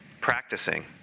Practicing